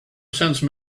sense